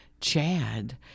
Chad